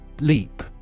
LEAP